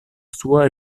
sua